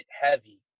heavy